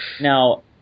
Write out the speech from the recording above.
Now